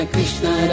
Krishna